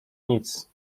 nic